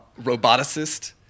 Roboticist